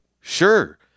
Sure